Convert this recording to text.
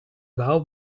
wel